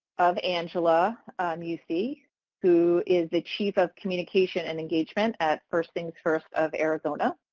of angela mussi who is the chief of communication and engagement at first things first of arizona.